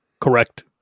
correct